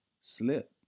slip